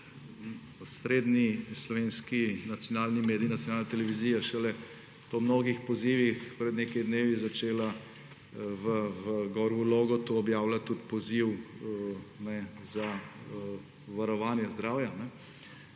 osrednji slovenski nacionalni medij, nacionalna televizija je šele po mnogih pozivih pred nekaj dnevi začela objavljati v logotu tudi poziv za varovanje zdravja